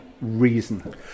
reason